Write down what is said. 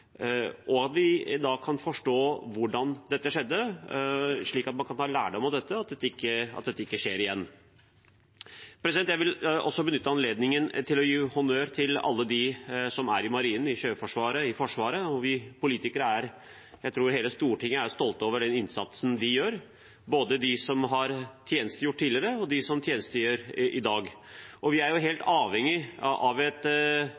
slik at det ikke skjer igjen. Jeg vil også benytte anledningen til å gi honnør til alle dem som er i Marinen, i Sjøforsvaret og i Forsvaret. Vi politikere – jeg tror hele Stortinget – er stolt av innsatsen de gjør, både de som har tjenestegjort tidligere, og de som tjenestegjør i dag. Vi er helt avhengig av å ha et